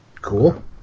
Cool